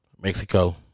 Mexico